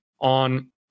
on